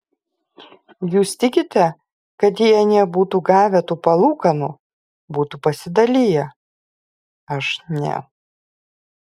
jūs tikite kad jei anie būtų gavę tų palūkanų būtų pasidaliję aš ne